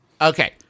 Okay